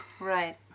Right